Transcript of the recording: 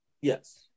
Yes